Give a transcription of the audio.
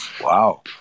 Wow